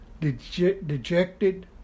dejected